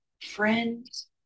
friends